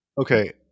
okay